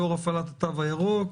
לאור הפעלת התו הירוק,